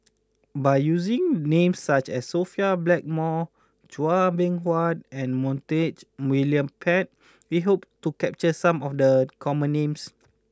by using names such as Sophia Blackmore Chua Beng Huat and Montague William Pett we hope to capture some of the common names